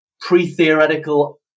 pre-theoretical